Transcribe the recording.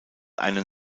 einen